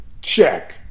check